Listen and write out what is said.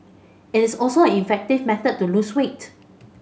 it is also an effective method to lose weight